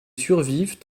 survivent